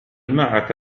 معك